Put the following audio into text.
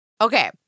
Okay